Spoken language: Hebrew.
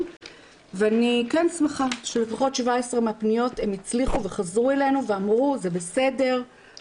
ואני כן שמחה שלפחות 17 פניות הצליחו וחזרו אלינו ואמרו 'זה בסדר,